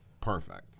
perfect